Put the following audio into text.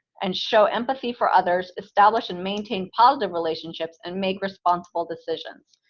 and show empathy for others, establish and maintain positive relationships, and make responsible decisions.